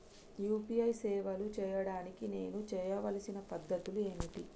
UPI సేవలు చేయడానికి నేను చేయవలసిన పద్ధతులు ఏమిటి?